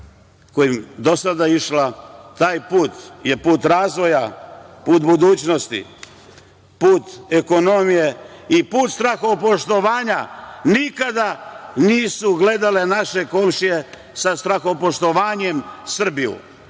je i do sada išla. Taj put je put razvoja, put budućnosti, put ekonomije i put strahopoštovanja. Nikada nisu gledale naše komšije sa strahopoštovanjem Srbiju,